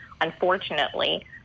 unfortunately